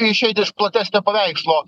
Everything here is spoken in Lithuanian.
išeiti iš platesnio paveikslo